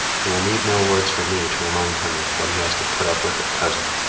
he will need no words from me to remind him of what he has to put up with at present.